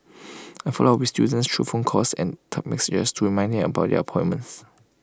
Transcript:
I follow up with students through phone calls and text messages to remind them about their appointments